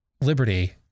liberty